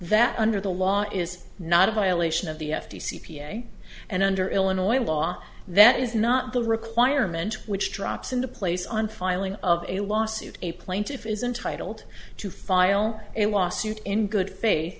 that under the law is not a violation of the f t c p a and under illinois law that is not the requirement which drops into place on filing of a lawsuit a plaintiff is entitled to file a lawsuit in good faith